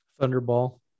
thunderball